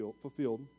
fulfilled